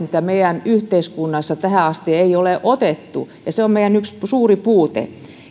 joita meidän yhteiskunnassamme tähän asti ei ole otettu ja se on ollut meillä yksi suuri puute